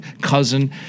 cousin